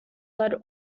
led